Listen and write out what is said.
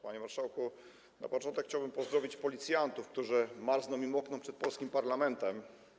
Panie marszałku, na początek chciałbym pozdrowić policjantów, którzy marzną i mokną przed polskim parlamentem.